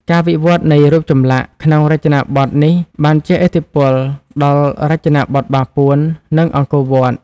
ការវិវត្តនៃរូបចម្លាក់ក្នុងរចនាបថនេះបានជះឥទ្ធិពលដល់រចនាបថបាពួន និងអង្គរវត្ត។